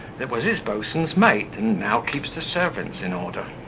that was his boatswain's mate, and now keeps the servants in order.